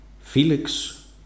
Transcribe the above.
Felix